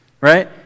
right